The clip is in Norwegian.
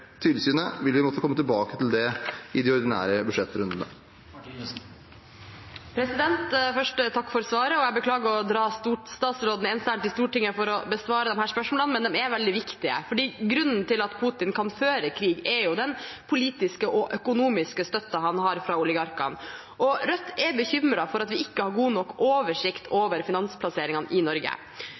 tilsynet, vil vi måtte komme tilbake til det i de ordinære budsjettrundene. Først takk for svaret. Jeg beklager å dra statsråden ens ærend til Stortinget for å besvare disse spørsmålene, men de er veldig viktige. For grunnen at til at Putin kan føre krig er jo den politiske og økonomiske støtten han har fra oligarkene. Rødt er bekymret for at vi ikke har god nok oversikt over finansplasseringene i Norge.